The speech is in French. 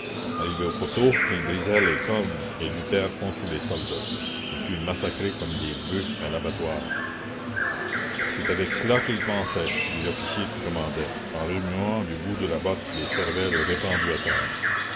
arrivés au poteau ils brisèrent les cordes et luttèrent contre les soldats ils furent massacrés comme des bœufs à l'abattoir c'est avec cela qu'ils pensaient dit l'officier qui commandait en remuant du bout de la botte les cervelles répandues à terre